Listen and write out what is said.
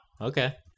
Okay